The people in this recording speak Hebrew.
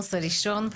כינוס הראשון.